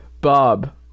Bob